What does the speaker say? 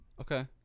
Okay